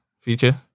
Feature